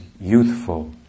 youthful